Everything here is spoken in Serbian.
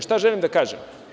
Šta želim da kažem?